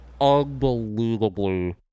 Unbelievably